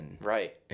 Right